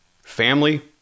Family